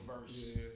verse